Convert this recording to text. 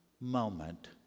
moment